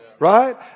Right